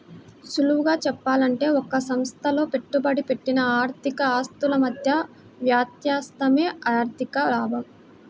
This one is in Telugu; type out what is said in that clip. సులువుగా చెప్పాలంటే ఒక సంస్థలో పెట్టుబడి పెట్టిన ఆర్థిక ఆస్తుల మధ్య వ్యత్యాసమే ఆర్ధిక లాభం